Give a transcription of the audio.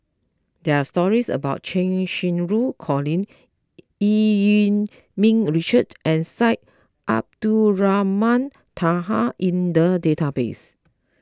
there are stories about Cheng Xinru Colin Eu Yee Ming Richard and Syed Abdulrahman Taha in the database